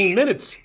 minutes